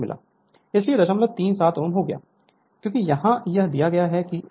किसी भी machine book को फॉलो करें आपको वह सारी चीजें उस बुक में अवश्य मिल जाएंगे